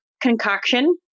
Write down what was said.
concoction